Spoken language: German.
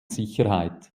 sicherheit